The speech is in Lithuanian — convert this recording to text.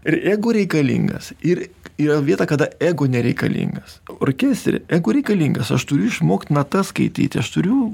ir jeigu reikalingas ir yra vieta kada ego nereikalingas orkestre ego reikalingas aš turiu išmokt natas skaityti aš turiu